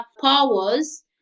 powers